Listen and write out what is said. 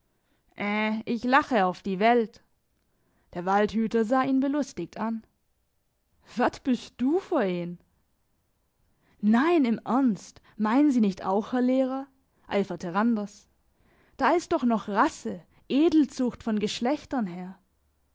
ich lach auf die welt der waldhüter sah ihn belustigt an wat büst du för een nein im ernst meinen sie nicht auch herr lehrer eiferte randers da ist doch noch rasse edelzucht von geschlechtern her